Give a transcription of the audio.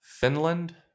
Finland